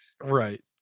Right